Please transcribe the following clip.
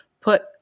put